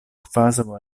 kvazaŭ